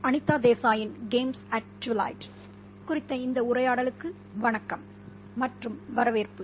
அனிதா தேசாயின் 'Games at Twilight' குறித்த இந்த உரையாடலுக்கு வணக்கம் மற்றும் வரவேற்பு